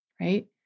right